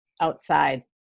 outside